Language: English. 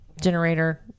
generator